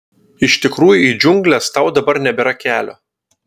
iš tikrųjų į džiungles tau dabar nebėra kelio